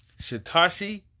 Shitashi